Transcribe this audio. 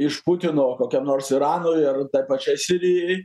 iš putino kokiam nors iranui ar tai pačiai sirijai